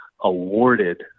awarded